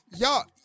Y'all